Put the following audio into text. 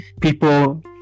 people